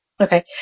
Okay